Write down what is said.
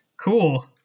Cool